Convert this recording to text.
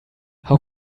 how